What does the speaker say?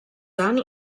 tant